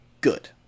good